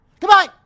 Goodbye